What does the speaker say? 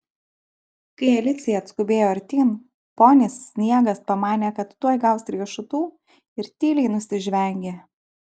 kai alicija atskubėjo artyn ponis sniegas pamanė kad tuoj gaus riešutų ir tyliai nusižvengė